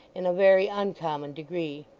in a very uncommon degree.